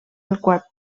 del